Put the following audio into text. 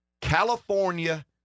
California